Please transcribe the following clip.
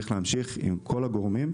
עם כל הגורמים,